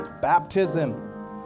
baptism